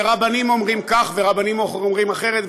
ורבנים אומרים כך ורבנים אומרים אחרת,